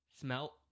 Smell